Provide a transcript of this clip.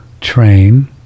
train